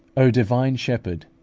o divine shepherd!